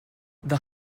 that